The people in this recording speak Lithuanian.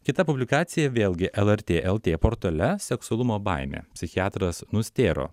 kita publikacija vėlgi lrt lt portale seksualumo baimė psichiatras nustėro